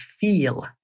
feel